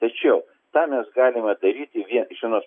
tačiau tą mes galime daryti vien iš vienos